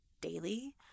daily